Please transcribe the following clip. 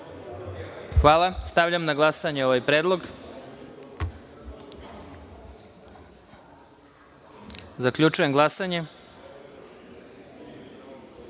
Hvala. Stavljam na glasanje ovaj predlog. Zaključujem glasanje: